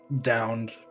downed